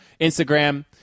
Instagram